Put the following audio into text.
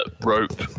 rope